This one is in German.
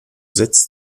setzt